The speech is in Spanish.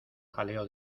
jaleo